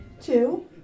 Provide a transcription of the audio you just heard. two